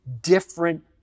different